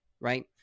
Right